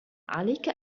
عليك